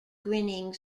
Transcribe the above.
grinning